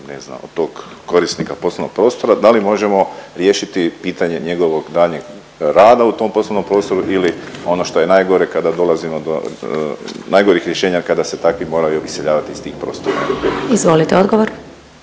ne znam, od tog korisnika poslovnog prostora, da li možemo riješiti pitanje njegovog daljnjeg rada u tom poslovnom prostoru ili ono što je najgore kada dolazimo do najgorih rješenja kada se takvi moraju iseljavati iz tih prostora. **Glasovac,